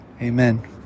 amen